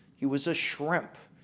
he was a shrimp.